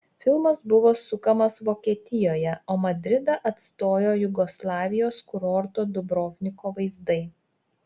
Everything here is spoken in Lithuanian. filmas buvo sukamas vokietijoje o madridą atstojo jugoslavijos kurorto dubrovniko vaizdai